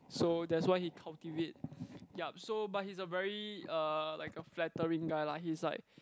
so that's why he cultivate yup so but he's a very uh like a very flattering guy [lah]he's like